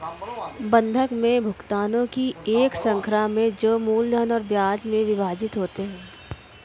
बंधक में भुगतानों की एक श्रृंखला में जो मूलधन और ब्याज में विभाजित होते है